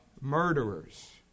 Murderers